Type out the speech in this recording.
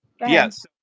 Yes